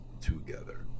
together